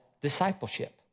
discipleship